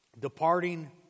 Departing